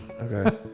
Okay